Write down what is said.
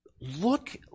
Look